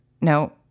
No